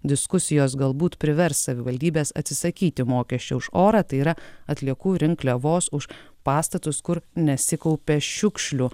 diskusijos galbūt privers savivaldybes atsisakyti mokesčio už orą tai yra atliekų rinkliavos už pastatus kur nesikaupia šiukšlių